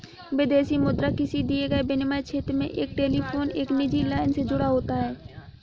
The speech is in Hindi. विदेशी मुद्रा किसी दिए गए विनिमय क्षेत्र में एक टेलीफोन एक निजी लाइन से जुड़ा होता है